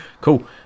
cool